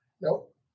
Nope